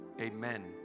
Amen